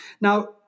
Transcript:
now